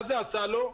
מה זה עשה לו?